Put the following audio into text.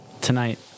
tonight